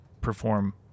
perform